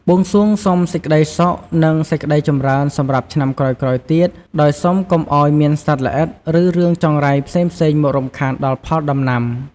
បួងសួងសុំសេចក្តីសុខ និងសេចក្តីចម្រើនសម្រាប់ឆ្នាំក្រោយៗទៀត ដោយសុំកុំឱ្យមានសត្វល្អិត ឬរឿងចង្រៃផ្សេងៗមករំខានដល់ផលដំណាំ។